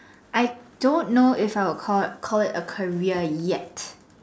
I don't know if I'll call call it a career yet